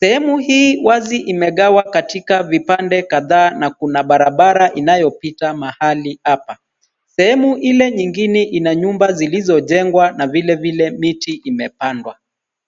Sehemu hii wazi imegawa katika vipande kadhaa na kuna barabara inayopita mahali hapa, sehemu ile nyingine ina nyumba zilizojengwa na vilevile miti imepandwa.